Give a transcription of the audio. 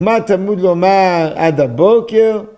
מה תלמוד לומר עד הבוקר?